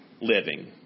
living